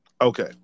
Okay